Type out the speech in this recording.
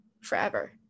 forever